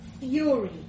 fury